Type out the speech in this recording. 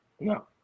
No